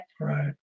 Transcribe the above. Right